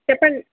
చెప్పండి